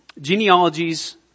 genealogies